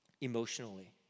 emotionally